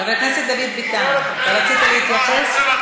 רצית להתייחס?